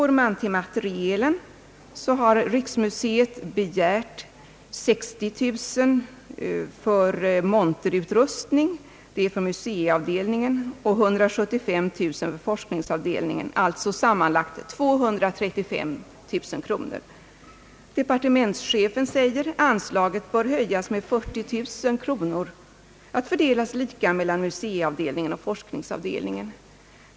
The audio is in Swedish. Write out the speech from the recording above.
Riksmuseet har begärt 60 000 kronor för monterutrustning i museiavdelningen och 175 000 kronor för forskningsavdelningen, alltså sammanlagt 235 000 kronor. Departementschefen säger att anslaget bör höjas med 40 000 kronor att fördelas lika mellan museiavdelningen och forskningsavdelningen.